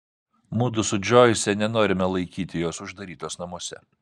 mudu su džoise nenorime laikyti jos uždarytos namuose